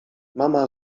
mama